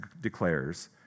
declares